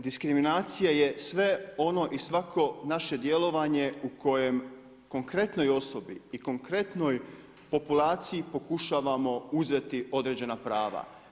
Diskriminacija je sve ono i svako naše djelovanje u kojem konkretnoj osobi i konkretnoj populaciji pokušavamo uzeti određena prava.